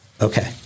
Okay